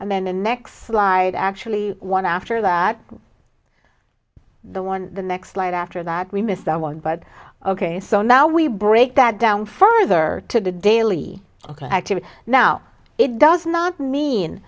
and then the next slide actually one after that the one next flight after that we missed that one but ok so now we break that down further to the daily ok activity now it does not mean